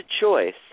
choice